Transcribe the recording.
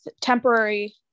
temporary